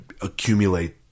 accumulate